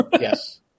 Yes